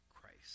Christ